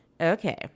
Okay